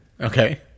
Okay